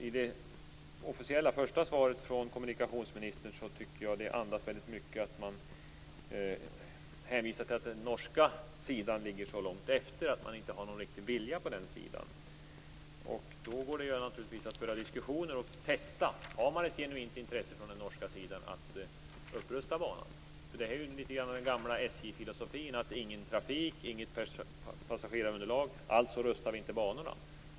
I det första officiella svaret från kommunikationsministern tycker jag att det hänvisas till att den norska sidan ligger så långt efter och att det inte finns någon riktig vilja på den sidan. Då går det ju naturligtvis att föra diskussioner och testa om man har ett genuint intresse på den norska sidan att upprusta banan. Detta är ju litet grand av den gamla SJ filosofin att finns det ingen trafik och inget passagerarunderlag så rustar man inte banorna.